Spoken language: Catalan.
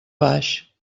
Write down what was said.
baix